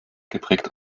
geprägt